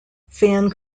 fan